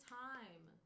time